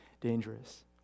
dangerous